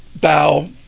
bow